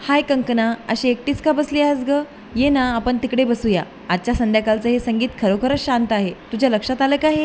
हाय कंकणा अशी एकटीच का बसली आहेस गं ये ना आपण तिकडे बसूया आजच्या संध्याकाळचं हे संगीत खरोखरच शांत आहे तुझ्या लक्षात आलं आहे का हे